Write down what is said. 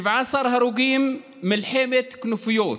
17 הרוגים במלחמת כנופיות,